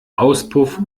auspuff